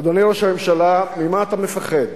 אדוני ראש הממשלה, ממה אתה מפחד?